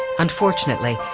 unfortunately,